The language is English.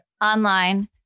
online